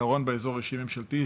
היתרון באזור האישי-ממשלתי,